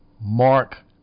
Mark